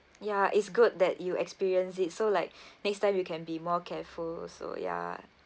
ya it's good that you experience it so like next time you can be more careful also ya